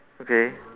okay